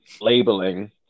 labeling